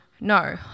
No